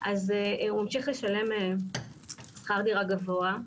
אז הוא ממשיך לשלם שכר דירה גבוה.